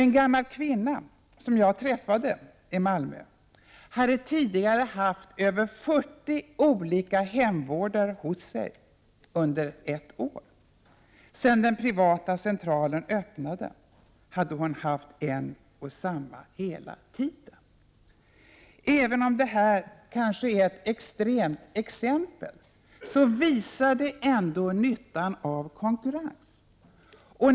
En gammal kvinna som jag träffade i Malmö hade tidigare haft över 40 olika hemvårdare hos sig under ett år. Sedan den privata centralen öppnade hade hon haft en och samma hela tiden. Även om det här kanske är ett extremt exempel, visar det ändå nyttan av konkurrens.